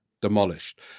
demolished